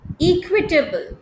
equitable